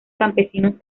campesinos